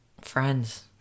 friends